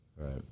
Right